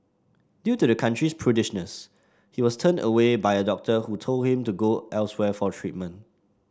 due to the country's prudishness he was turned away by a doctor who told him to go elsewhere for treatment